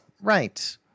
Right